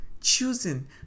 choosing